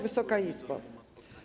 Wysoka Izbo!